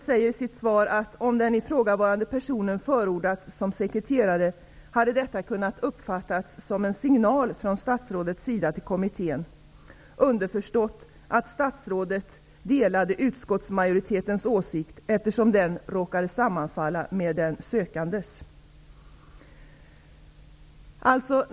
I sitt svar säger statsrådet Reidunn Laurén att detta skulle ha kunnat uppfattas som en signal från statsrådets sida till kommittén, om den ifrågavarande personen hade förordnats som sekreterare -- underförstått att statsrådet hade samma åsikt som utskottsmajoriteten, eftersom den råkade sammanfalla med den sökandes.